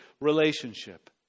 relationship